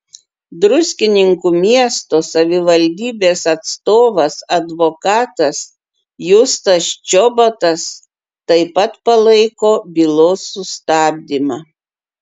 druskininkų miesto savivaldybės atstovas advokatas justas čobotas taip pat palaiko bylos sustabdymą